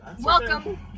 Welcome